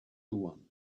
one